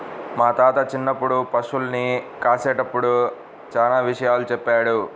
మా తాత చిన్నప్పుడు పశుల్ని కాసేటప్పుడు చానా విషయాలు చెప్పాడు